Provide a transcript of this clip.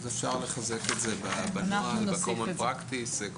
אם צריך לשנות את החקיקה בשתי הקטגוריות של הביטוח,